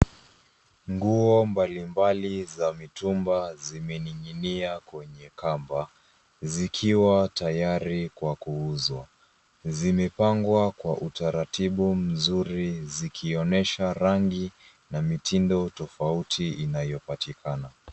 Nguo mbali mbali za mitumba zimeninginia kwenye kamba zikiwa tayarikwa kuuzwa. Zimepangwa kwa utaratibu mzuri zikionyesha rangi na mitindo tofauti inayopatikana.